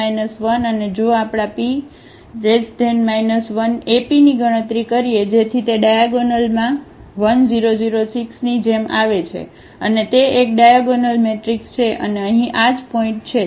તેથી અહીંP 1 અને જો આપણે આP 1 ap ની ગણતરી કરીએ જેથી તે ડાયાગેનલ માં 1 0 0 6 ની જેમ આવે છે અને તે એક ડાયાગોનલ મેટ્રિક્સ છે અને અહીં આ જ પોઇન્ટ છે